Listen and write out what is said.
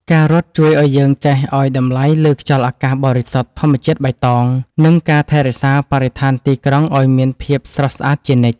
ការរត់ជួយឱ្យយើងចេះឱ្យតម្លៃលើខ្យល់អាកាសបរិសុទ្ធ ធម្មជាតិបៃតង និងការថែរក្សាបរិស្ថានទីក្រុងឱ្យមានភាពស្រស់ស្អាតជានិច្ច។